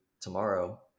tomorrow